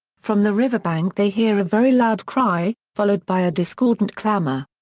from the riverbank they hear a very loud cry, followed by a discordant clamour.